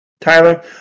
Tyler